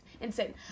insane